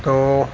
તો